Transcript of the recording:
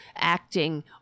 acting